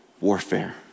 warfare